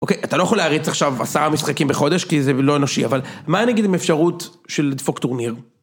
אוקיי, אתה לא יכול להריץ עכשיו עשרה משחקים בחודש, כי זה לא אנושי, אבל מה עם, נגיד, עם האפשרות של לדפוק טורניר?